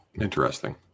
Interesting